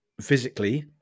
physically